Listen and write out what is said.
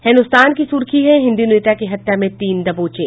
हिन्दुस्तान की सुर्खी है हिन्दु नेता की हत्या में तीन दबोचे